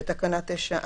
גם קטין מתחת לגיל 16,